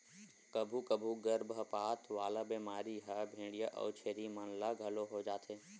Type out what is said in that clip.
कभू कभू गरभपात वाला बेमारी ह भेंड़िया अउ छेरी मन ल घलो हो जाथे